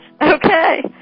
Okay